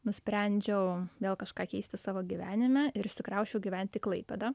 nusprendžiau vėl kažką keisti savo gyvenime ir išsikrausčiau gyvent į klaipėdą